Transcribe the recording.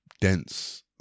dense